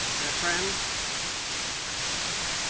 a friend replied the traveller.